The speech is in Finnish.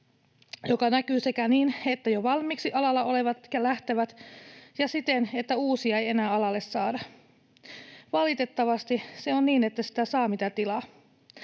joka näkyy sekä niin, että jo valmiiksi alalla olevat lähtevät, että siten, että uusia ei enää alalle saada. Valitettavasti se on niin, että sitä saa, mitä tilaa.